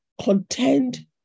contend